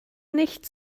nicht